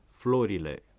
florile